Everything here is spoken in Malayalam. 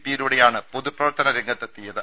പി യിലൂടെയാണ് പൊതുപ്രവർത്തന രംഗത്തെത്തിയത്